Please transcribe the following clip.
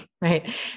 right